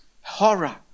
horror